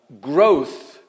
growth